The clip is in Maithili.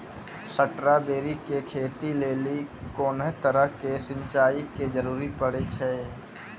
स्ट्रॉबेरी के खेती लेली कोंन तरह के सिंचाई के जरूरी पड़े छै?